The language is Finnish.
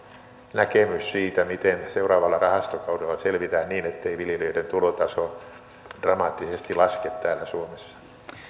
näkemys siitä miten seuraavalla rahastokaudella selvitään niin ettei viljelijöiden tulotaso dramaattisesti laske täällä suomessa